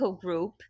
Group